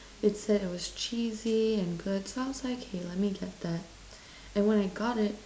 it said it was cheesy and good so I was like okay let me get that and when I got it